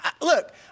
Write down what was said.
look